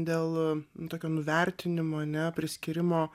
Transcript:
dėl tokio nuvertinimo ane priskyrimo